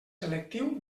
selectiu